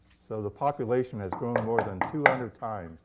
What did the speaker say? so the population has grown more than two hundred times